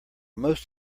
most